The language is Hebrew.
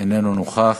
איננו נוכח.